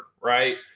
right